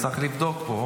אז צריך לבדוק פה.